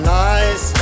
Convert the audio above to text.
nice